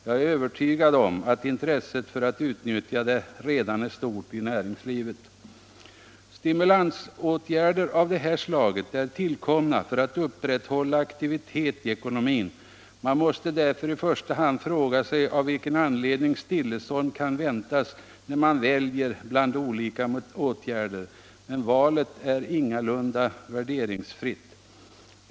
Jag är övertygad om att intresset för att utnyttja det redan är stort i näringslivet. Stimulansåtgärder av det här slaget är tillkomna för att upprätthålla aktivitet i ekonomin. Man måste därför i första hand fråga sig av vilken anledning stillestånd kan väntas, när man väljer bland olika åtgärder. Men valet är ingalunda värderingsfritt.